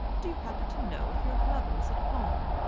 do you happen to know if your brother is at home?